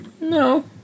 No